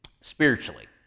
spiritually